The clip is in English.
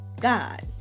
God